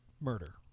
murder